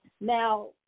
Now